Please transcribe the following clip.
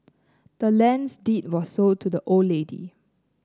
the land's deed was sold to the old lady